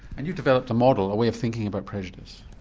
and you've developed a model, a way of thinking about prejudice.